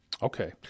Okay